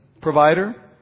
provider